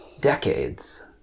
decades